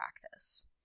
practice